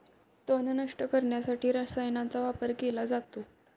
तण नष्ट करण्यासाठी रसायनांचा वापर केला जातो